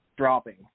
dropping